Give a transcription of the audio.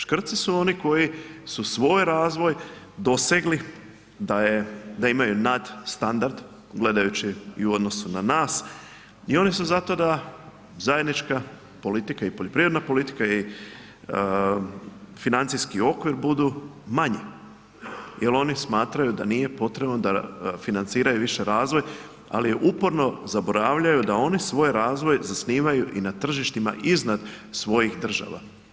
Škrci su oni koji su svoj razvoj dosegli da imaju nadstandard gledajući u odnosu na nas i oni su za to da zajednička politika i poljoprivredne politika i financijski okvir budu manji jel oni smatraju da nije potrebno da financiraju više razvoj, ali uporno zaboravljaju da oni svoj razvoj zasnivaju i na tržištima iznad svojih država.